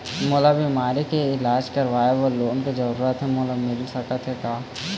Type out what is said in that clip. मोला बीमारी के इलाज करवाए बर लोन के जरूरत हे मोला मिल सकत हे का?